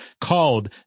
called